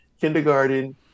kindergarten